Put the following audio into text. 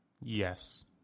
Yes